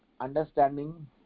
understanding